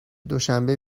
دوشنبه